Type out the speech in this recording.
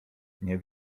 nie